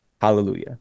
Hallelujah